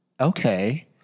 okay